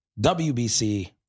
WBC